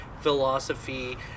philosophy